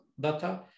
data